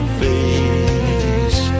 face